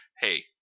hey